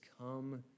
come